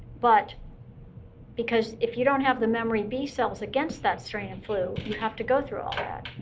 but because if you don't have the memory b cells against that strain of flu, you have to go through all